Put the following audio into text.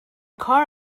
car